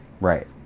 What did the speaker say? Right